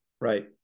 Right